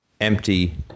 Empty